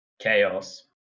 Chaos